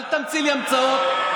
אל תמציא לי המצאות.